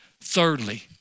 Thirdly